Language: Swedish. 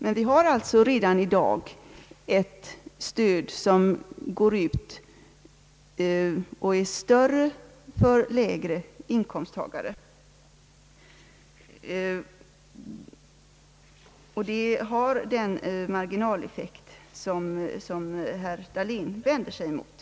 Redan i dag utgår alltså ett stöd som är större för lägre inkomsttagare, och det har den marginaleffekt som herr Dahlén vänder sig mot.